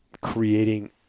creating